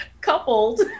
coupled